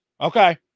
Okay